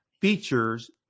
features